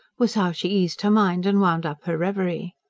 was how she eased her mind and wound up her reverie.